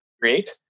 create